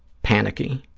panicky,